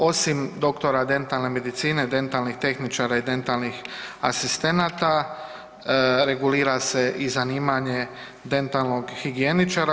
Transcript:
Osim doktora dentalne medicine, dentalnih tehničara i dentalnih asistenata regulira se i zanimanje dentalnog higijeničara.